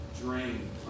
drain